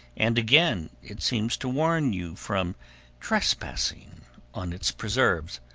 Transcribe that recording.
and again it seems to warn you from trespassing on its preserves,